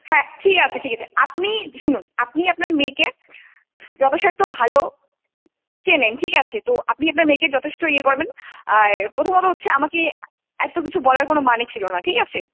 হ্যাঁ ঠিক আছে ঠিক আছে আপনি শুনুন আপনি আপনার মেয়েকে যথাসাধ্য ভালো চেনেন ঠিক আছে তো আপনি আপনার মেয়েকে যথেষ্ট ইয়ে করবেন আর প্রথমত হচ্ছে আমাকে এত্ত কিছু বলার কোনো মানে ছিলো না ঠিক আছে